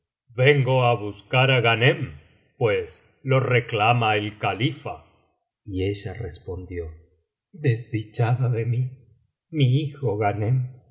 vengo á buscar á ghanem pues lo reclama el califa y ella respondió desdichada de mí mi hijo ghanem